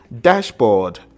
Dashboard